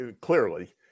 clearly